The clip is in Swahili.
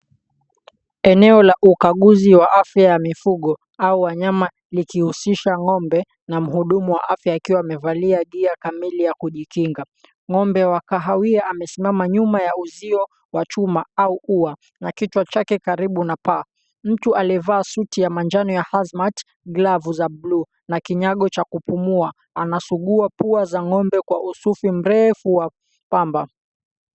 Eneo la ukaguzi wa afya ya mifugo, au wanyama likihusisha ng'ombe, na mhudumu wa afya akiwa amevalia gear kamili ya kujikinga. Ng'ombe wa kahawia amesimama nyuma ya uzio wa chuma, au ua, na kichwa chake karibu na paa. Mtu aliyevaa suti ya manjano ya hazmat glavu za bluu, na kinyago cha kupumua, anasugua pua za ng'ombe kwa usufi mrefu wa pamba.